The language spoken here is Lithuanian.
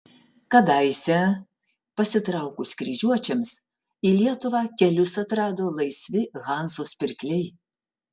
kadaise pasitraukus kryžiuočiams į lietuvą kelius atrado laisvi hanzos pirkliai